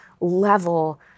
level